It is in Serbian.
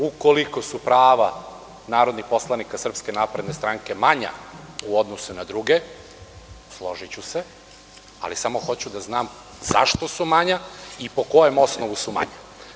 Ukoliko su prava narodnih poslanika SNS manja u odnosu na druge, složiću se, ali samo hoću da znam zašto su manja i po kom osnovu su manja?